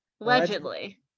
allegedly